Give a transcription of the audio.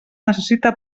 necessita